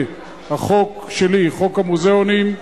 חוק המוזיאונים,